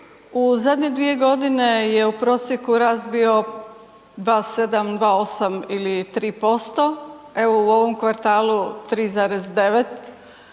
u zadnje 2 g. je u prosjeku rast bio 2,7, 2,8 ili 3%. Evo u ovom kvartalu, 3,9.